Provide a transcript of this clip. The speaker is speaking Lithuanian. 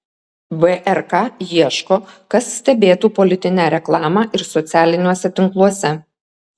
vrk ieško kas stebėtų politinę reklamą ir socialiniuose tinkluose